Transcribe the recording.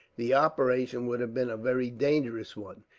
the operation would have been a very dangerous one.